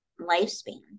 lifespan